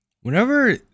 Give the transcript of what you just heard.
whenever